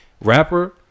Rapper